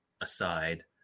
aside